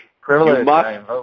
Privilege